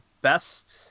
best